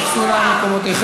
תפסו נא את מקומותיכם,